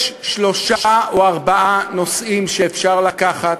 יש שלושה או ארבעה נושאים שאפשר לקחת